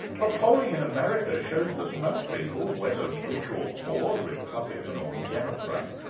but polling in america shows that most people, whether rich or poor, republican or democrat,